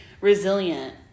resilient